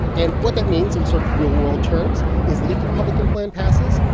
and what that means, in sort of real world terms, is that if the republican plan passes,